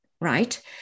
right